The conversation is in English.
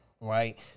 right